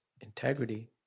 Integrity